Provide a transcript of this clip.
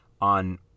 on